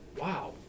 Wow